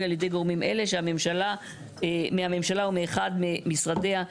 על ידי גורמים אלה מהממשלה או מאחד ממשרדיה.".